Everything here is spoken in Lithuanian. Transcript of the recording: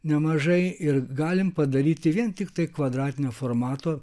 nemažai ir galim padaryti vien tiktai kvadratinio formato